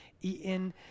eaten